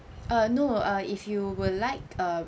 uh no uh if you would like uh